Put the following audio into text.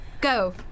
Go